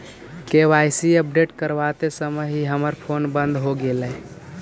KYC update करवाते समय ही हमर फोन बंद हो गेलई